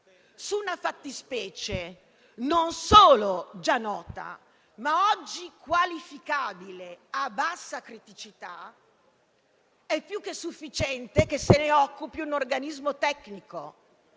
di una fattispecie non solo già nota, ma oggi qualificabile a bassa criticità, è più che sufficiente che se ne occupi un organismo tecnico